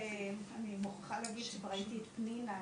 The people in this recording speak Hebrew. אני מוכרחה להגיד שכבר ראיתי את פנינה,